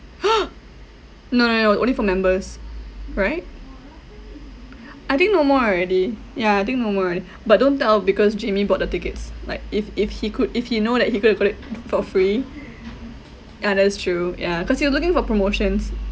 !huh! no no no only for members right I think no more already ya I think no more already but don't tell because jamie bought the tickets like if if he could if he know that he could have got it for free ya that's true ya cause he was looking for promotions